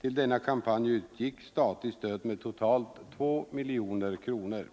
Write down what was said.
Till denna kampanj utgick statligt stöd med totalt 2 miljoner kronor.